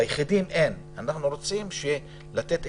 ביחידים אין ואנחנו רוצים לתת אפשרות.